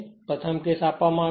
પ્રથમ કેસ આપવામાં આવે છે